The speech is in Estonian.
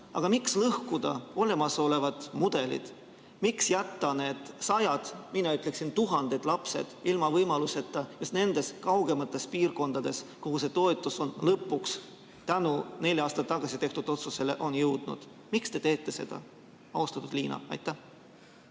Aga miks lõhkuda olemasolevat mudelit? Miks jätta need sajad või mina ütleksin, tuhanded lapsed ilma võimaluseta? Sest nendes kaugemates piirkondades kogu see toetus on lõpuks tänu neli aastat tagasi tehtud otsusele nendeni jõudnud. Miks te teete seda, austatud Liina? Aitäh,